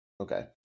Okay